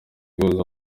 guhuza